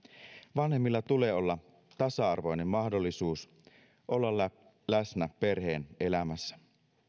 vanhemmilla tulee olla tasa arvoinen mahdollisuus olla olla läsnä perheen elämässä